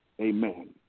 amen